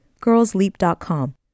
girlsleap.com